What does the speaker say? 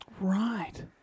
Right